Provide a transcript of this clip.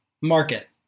market